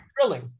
thrilling